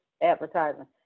advertising